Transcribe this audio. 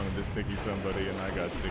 misty somebody and